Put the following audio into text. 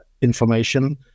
information